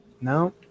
No